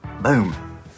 boom